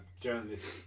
journalist